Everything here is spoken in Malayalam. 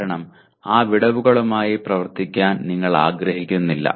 കാരണം ആ വിടവുകളുമായി പ്രവർത്തിക്കാൻ നിങ്ങൾ ആഗ്രഹിക്കുന്നില്ല